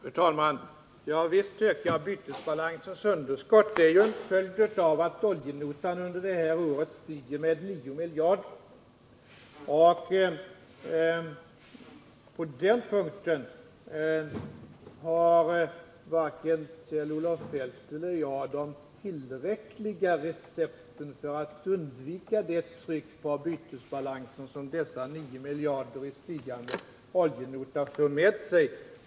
Fru talman! Ja, visst ökar bytesbalansens underskott. Det är ju en följd av att oljenotan under det här året stiger med 9 miljarder. Varken Kjell-Olof Feldt eller jag har något recept för att undvika det tryck på bytesbalansen som dessa 9 miljarder i den stigande oljenotan för med sig.